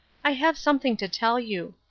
i have something to tell you.